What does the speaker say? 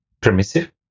permissive